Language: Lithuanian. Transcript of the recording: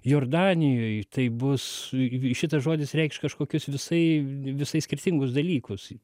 jordanijoj tai bus šitas žodis reikš kažkokius visai visai skirtingus dalykus